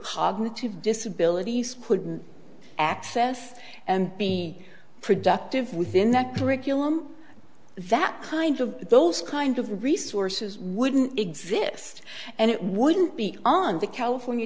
cognitive disabilities put access and be productive within the curriculum that kind of those kind of resources wouldn't exist and it wouldn't be on the california